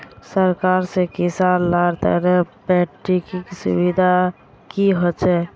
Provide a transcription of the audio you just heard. सरकार से किसान लार तने मार्केटिंग सुविधा की होचे?